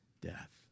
death